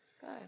Good